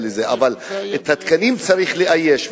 אבל את התקנים צריך לאייש,